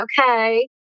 Okay